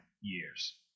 years